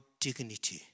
dignity